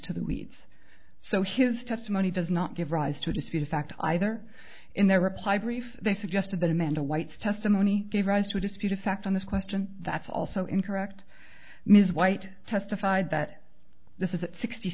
to the weeds so his testimony does not give rise to a disputed fact either in their reply brief they suggested that amanda white's testimony gave rise to a disputed fact on this question that's also incorrect ms white testified that this is the sixty